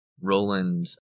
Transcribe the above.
Roland